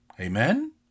Amen